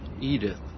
Edith